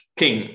king